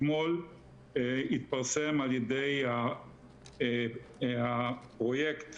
אתמול התפרסם על-ידי הפרויקט